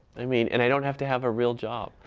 i mean, and i don't have to have a real job.